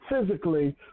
physically